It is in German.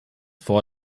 vor